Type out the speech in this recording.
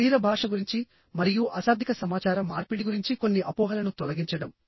శరీర భాష గురించి మరియు అశాబ్దిక సమాచార మార్పిడి గురించి కొన్ని అపోహలను తొలగించడం